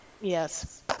Yes